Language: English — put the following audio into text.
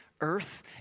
earth